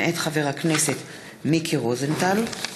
של חברת הכנסת מירב בן ארי וקבוצת חברי הכנסת.